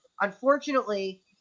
unfortunately